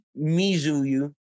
Mizuyu